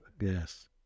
Yes